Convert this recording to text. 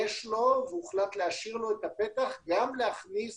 יש לו והוחלט להשאיר לו את הפתח גם להכניס